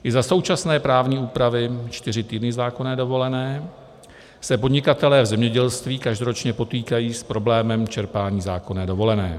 I za současné právní úpravy, čtyři týdny zákonné dovolené, se podnikatelé v zemědělství každoročně potýkají s problémem čerpání zákonné dovolené.